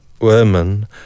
women